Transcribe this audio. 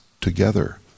together